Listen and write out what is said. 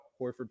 Horford